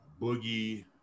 Boogie